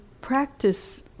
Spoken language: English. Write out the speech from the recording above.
practice